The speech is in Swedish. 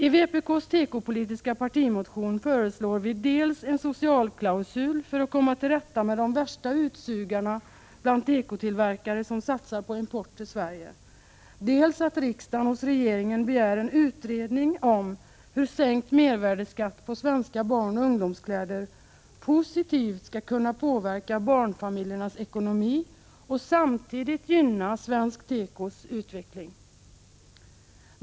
I vpk:s tekopolitiska motion föreslås dels att det införs en socialklausul för att komma till rätta med de värsta utsugarna bland de tekotillverkare som satsar på import till Sverige, dels att riksdagen hos regeringen begär en utredning om hur sänkt mervärdeskatt på svenska barnoch ungdomskläder skall kunna påverka barnfamiljernas ekonomi positivt och samtidigt gynna svensk tekos utveckling.